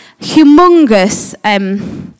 humongous